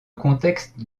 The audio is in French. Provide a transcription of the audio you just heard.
contexte